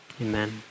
Amen